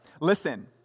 Listen